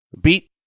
Beat